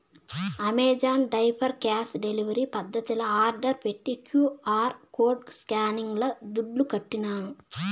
Amazon diaper cash delivery పద్దతిల order పెట్టి QR code స్కానింగ్ల దుడ్లుకట్టినాను